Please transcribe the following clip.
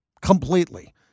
Completely